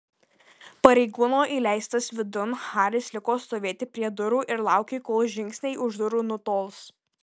pareigūno įleistas vidun haris liko stovėti prie durų ir laukė kol žingsniai už durų nutols